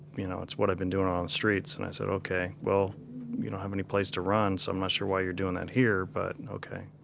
you know? it's what i've been doin' on the streets. and i said ok. well, you don't have any place to run, so i'm not sure why you're doing that here, but and ok.